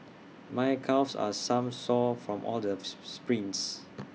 my calves are some sore from all those sprints